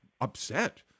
upset